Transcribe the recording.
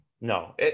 No